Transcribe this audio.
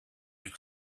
and